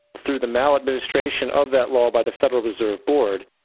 through the maladmidistration of that law by the federal reserve board,